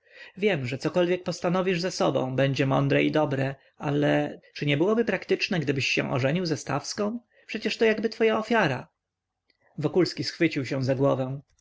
wiem że cokolwiek postanowisz ze sobą będzie mądre i dobre ale czy nie byłoby praktycznie gdybyś się ożenił ze stawską przecież to jakby twoja ofiara wokulski schwycił się za głowę